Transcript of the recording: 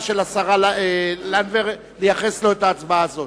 של השרה לנדבר ולייחס לו את ההצבעה הזאת.